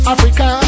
Africa